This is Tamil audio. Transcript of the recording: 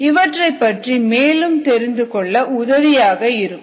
இவற்றைப் பற்றி மேலும் தெரிந்து கொள்ள உதவியாக இருக்கும்